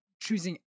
Choosing